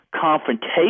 confrontation